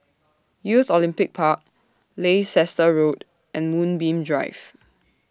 Youth Olympic Park Leicester Road and Moonbeam Drive